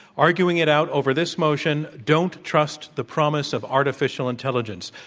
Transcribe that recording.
arguing it out over this motion don't trust the promise of artificial intelligence.